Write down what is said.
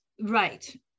Right